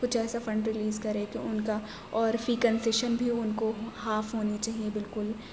کچھ ایسا fund release کرے کہ ان کا اور فی کنشیشن بھی ان کو ہاف ہونی چاہئے بالکل